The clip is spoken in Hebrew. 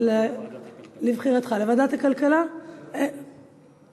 להעביר את הצעת חוק חובת